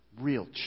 real